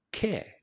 Care